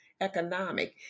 economic